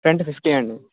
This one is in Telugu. ఫ్రంట్ ఫిఫ్టీ అండి